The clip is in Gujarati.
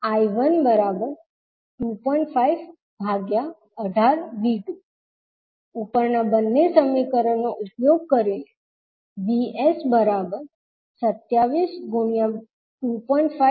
518V2 ઉપરના બંને સમીકરણનો ઉપયોગ કરીને Vs272